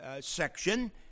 section